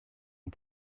ont